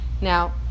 Now